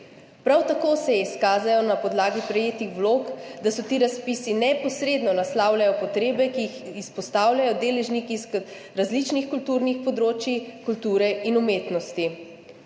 Prav tako se je izkazalo na podlagi prejetih vlog, da ti razpisi neposredno naslavljajo potrebe, ki jih izpostavljajo deležniki iz različnih kulturnih področij kulture in umetnosti.